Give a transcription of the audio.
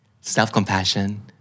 self-compassion